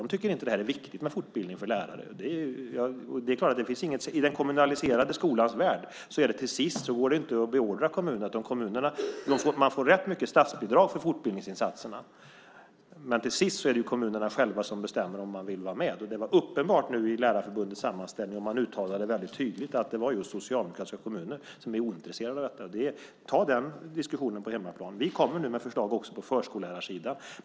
De tycker inte att det är viktigt med fortbildning för lärare. I den kommunaliserade skolans värld går det inte att beordra kommunerna. Men kommunerna får rätt mycket statsbidrag för fortbildningsinsatserna. Men till sist är det kommunerna själva som bestämmer om de vill vara med. Men detta var uppenbart i Lärarförbundets sammanställning, och man uttalade väldigt tydligt att det är just socialdemokratiska kommuner som är ointresserade av detta. Ta denna diskussion på hemmaplan. Vi kommer nu med förslag också på förskollärarsidan.